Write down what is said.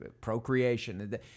procreation